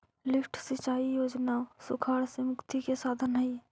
lift सिंचाई योजना सुखाड़ से मुक्ति के साधन हई